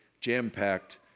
jam-packed